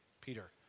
Peter